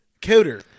Coder